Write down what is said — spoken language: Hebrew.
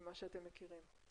ממה שאתם מכירים?